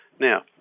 Now